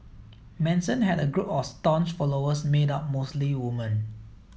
Manson had a group of staunch followers made up mostly woman